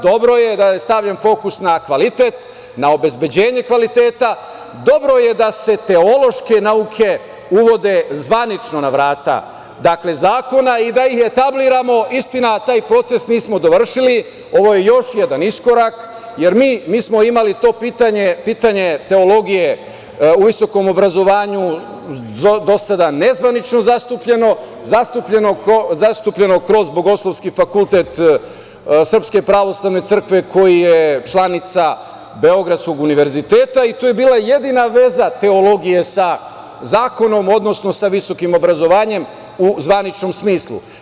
Dobro je da je stavljen fokus na kvalitet, na obezbeđenje kvaliteta, dobro je da se teološke nauke uvode zvanično na vrata zakona i da ih … istina, taj proces nismo dovršili, ovo je još jedan iskorak, jer mi smo imali to pitanje teologije u visokom obrazovanju, do sada nezvanično zastupljeno kroz Bogoslovski fakultet SPC koji je članica Beogradskog univerziteta i to je bila jedina veza teologije sa zakonom, odnosno sa visokim obrazovanjem u zvaničnom smislu.